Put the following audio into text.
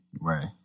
Right